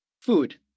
Food